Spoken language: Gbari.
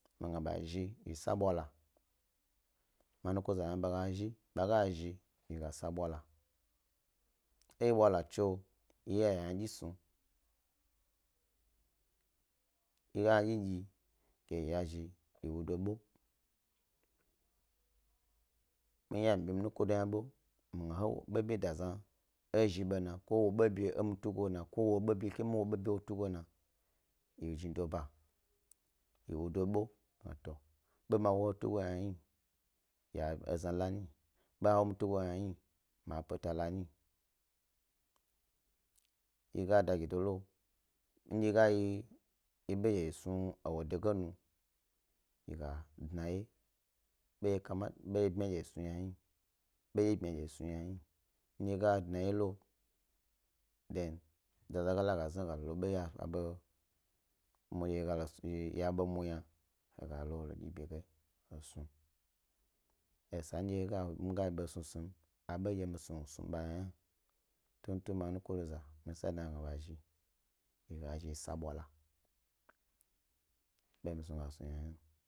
Mi gna ba zhi yi sa bwala mi muko do z aba ga zhi bag a zhi yi gas a bwala, eyi bwala tso yi iya ya ynadyi snu, yi ga ynadyidyi ke yi yazhi yi wudo ɓo, mi iya mi ɓi mi nukodo hna bo ɓo bi da zna ezhi hni ɓo na ko he w obo emi tugo lo na, ke mi w obo bi ehe tugo na, ye jnido ba yi wnudo ɓo yi gna to bo ma woe he tugo yna hni ya ezna la nyi, bo ma wo he tugo yna hni ya peta la nyi ndye yi ga da gi do lo, ndye ga yi yi snu ewo dege nu, yi ga dna wye ɓo ndye kama ta, bmya dye yi snuyna hni, bendye ebmya ge yi snum yna hni, ndye he dnawye lo than, zaza ga la zni, he lo abendye ya ɓe mu yna ha ga lo dyibi ge he snu esa ndye mi ga yi besnusnum yna hna tutun mi nukodo za, mi sa wyi dna ɓe a ga zhi, yi ga zhi yi sawala ɓe mi snusnu mi ga snu yna hna.